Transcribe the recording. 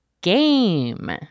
GAME